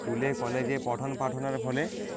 স্কুলে কলেজে পঠন পাঠনার ফলে